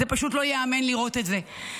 זה פשוט לא ייאמן לראות את זה.